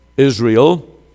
Israel